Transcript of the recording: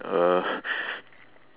uh